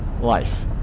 life